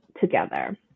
together